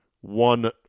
one